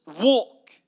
walk